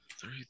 Three